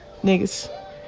Niggas